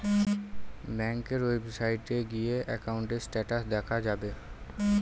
ব্যাঙ্কের ওয়েবসাইটে গিয়ে একাউন্টের স্টেটাস দেখা যাবে